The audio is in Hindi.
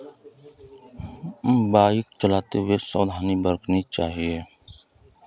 बाइक चलाते हुए सावधानी बरतनी चाहिए